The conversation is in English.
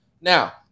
now